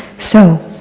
so,